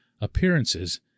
appearances